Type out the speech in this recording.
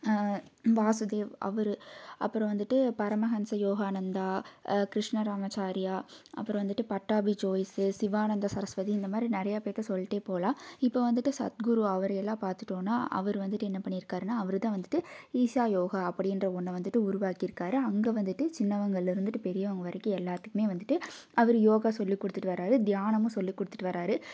வாசுதேவ் அவர் அப்புறோம் வந்துவிட்டு பரமஹன்ஷா யோகானந்தா கிருஷ்ணராமச்சாரியா அப்புறோம் வந்துவிட்டு பட்டாபிசோயிஸே சிவானந்த சரஸ்வதி இந்தமாதிரி நிறையா பேர்த்தை சொல்லிடே போகலாம் இப்போ வந்துவிட்டு சத்குரு அவர் எல்லாம் பார்த்துட்டோனா அவர் வந்துவிட்டு என்ன பண்ணிருக்காருன்னா அவர்தான் வந்துட்டு ஈஷா யோகா அப்படின்ற ஒன்றை வந்துவிட்டு உருவாக்கிருக்கார் அங்கே வந்துவிட்டு சின்னவங்கலருந்துட்டு பெரியவங்க வரைக்கும் எல்லாத்துக்குமே வந்துவிட்டு அவர் யோகா சொல்லிக்கொடுத்துட்டு வரார் தியானமும் சொல்லிக்கொடுத்துட்டு வரார்